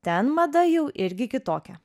ten mada jau irgi kitokia